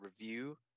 review